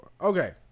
Okay